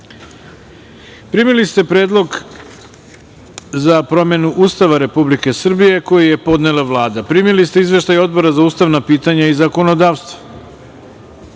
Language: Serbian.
pravde. Primili ste Predlog za promenu Ustava Republike Srbije, koji je podnela Vlada. Primili ste Izveštaj Odbora za ustavna pitanja i zakonodavstvo. Molim